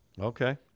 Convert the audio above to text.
Okay